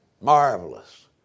Marvelous